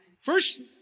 First